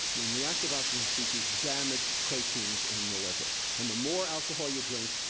and and reactive oxygen species damage proteins in the liver. and the more alcohol you drink,